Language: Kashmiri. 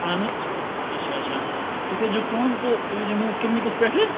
اَہَن حظ اچھا اچھا تُہۍ کٔرِزیٚو کٲم تہٕ تُہۍ ییٖزیٚو میٲنِس کِلنِکَس پٮ۪ٹھٕ